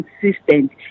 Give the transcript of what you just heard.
consistent